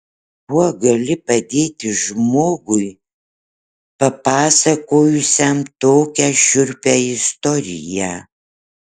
kuo gali padėti žmogui papasakojusiam tokią šiurpią istoriją